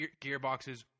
gearboxes